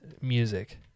music